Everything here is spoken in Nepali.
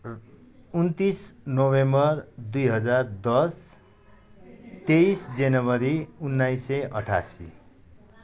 उन्तिस नोभेम्बर दुई हजार दस तेइस जनवरी उन्नाइस सय अठासी